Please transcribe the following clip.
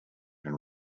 and